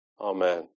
Amen